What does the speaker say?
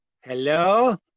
hello